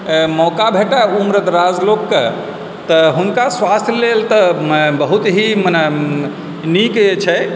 मौका भेटै उम्रदराज लोकके तऽ हुनका स्वास्थ्य लेल तऽ बहुत ही माने नीक छै